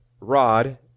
rod